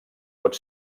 pot